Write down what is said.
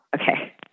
Okay